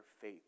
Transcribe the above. faith